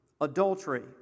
adultery